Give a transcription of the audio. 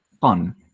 fun